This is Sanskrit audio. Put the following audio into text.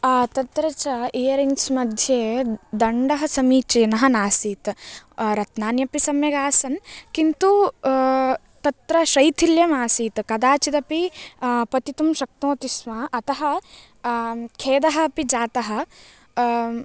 तत्र च इयरिङ्स् मध्ये दण्डः समीचीनः न आसीत् रत्नानि अपि सम्यक् आसन् किन्तु तत्र शैथिल्यम् आसीत् कदाचिदपि पतितुं शक्नोति स्म अतः खेदः अपि जातः